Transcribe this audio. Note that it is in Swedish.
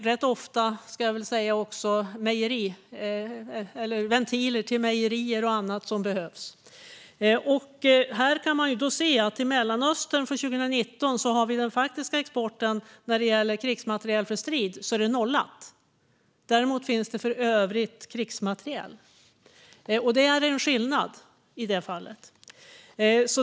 Rätt ofta är det ventiler till mejerier och annat som behövs. Man kan se att till Mellanöstern 2019 är den faktiska exporten av krigsmateriel för strid nollad. Däremot finns det export av övrig krigsmateriel. Det är en skillnad i det fallet.